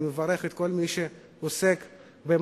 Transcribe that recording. אני מברך את כל מי שעוסק במדע.